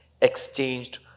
exchanged